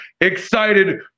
excited